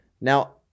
Now